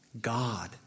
God